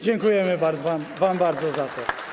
Dziękujemy wam bardzo za to.